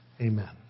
Amen